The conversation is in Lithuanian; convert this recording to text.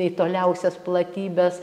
į toliausias platybes